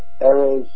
errors